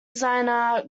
designer